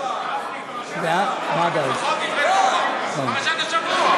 די כבר, מה אתה רוצה, פרשת השבוע.